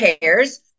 pairs